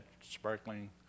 sparkling